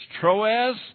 Troas